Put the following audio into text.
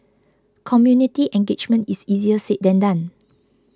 community engagement is easier said than done